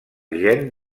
gen